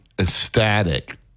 ecstatic